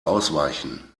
ausweichen